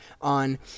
on